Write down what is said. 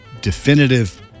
definitive